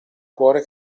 cuore